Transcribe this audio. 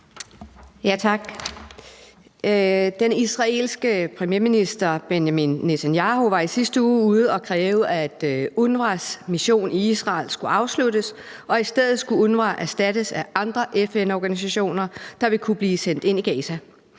Tak. Den israelske premierminister, Benjamin Netanyahu, var i sidste uge ude at kræve at UNRWA's mission i Israel skulle afsluttes, og at UNRWA i stedet skulle erstattes af andre FN-organisationer, der ville kunne blive sendt ind i Gaza.